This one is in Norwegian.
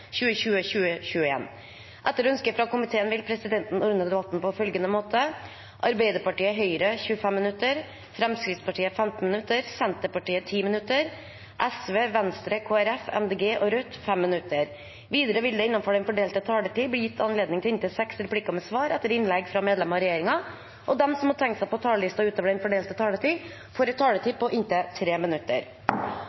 vil presidenten ordne debatten på følgende måte: Arbeiderpartiet 25 minutter, Høyre 25 minutter, Fremskrittspartiet 15 minutter, Senterpartiet 10 minutter, Sosialistisk Venstreparti 5 minutter, Venstre 5 minutter, Kristelig Folkeparti 5 minutter, Miljøpartiet De Grønne 5 minutter og Rødt 5 minutter. Videre vil det – innenfor den fordelte taletid – bli gitt anledning til inntil seks replikker med svar etter innlegg fra medlemmer av regjeringen, og de som måtte tegne seg på talerlisten utover den fordelte taletid, får en taletid